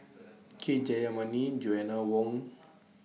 K Jayamani Joanna Wong